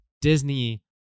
Disney